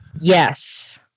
yes